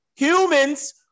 Humans